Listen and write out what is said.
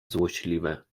złośliwe